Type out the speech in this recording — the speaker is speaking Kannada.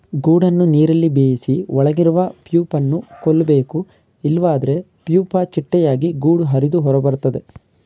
ಗೂಡನ್ನು ನೀರಲ್ಲಿ ಬೇಯಿಸಿ ಒಳಗಿರುವ ಪ್ಯೂಪನ ಕೊಲ್ಬೇಕು ಇಲ್ವಾದ್ರೆ ಪ್ಯೂಪ ಚಿಟ್ಟೆಯಾಗಿ ಗೂಡು ಹರಿದು ಹೊರಬರ್ತದೆ